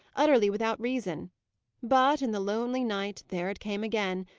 utterly without reason but, in the lonely night, there it came again,